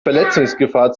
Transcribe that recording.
verletzungsgefahr